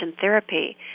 therapy